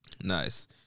Nice